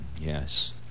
Yes